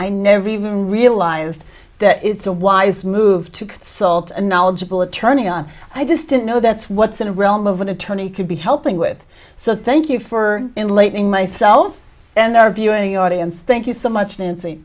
i never even realized that it's a wise move to salt a knowledgeable attorney on i just didn't know that's what's in a realm of an attorney could be helping with so thank you for enlightening myself and our viewing audience thank you so much nancy